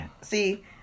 See